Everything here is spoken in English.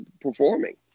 performing